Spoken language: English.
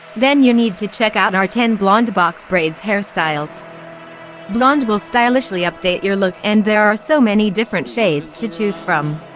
then you need to check out our ten blonde box braids hairstyles. blonde will stylishly update your look and there are so many different shades to choose from.